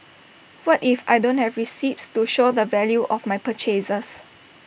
what if I don't have receipts to show the value of my purchases